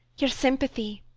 your sympathy!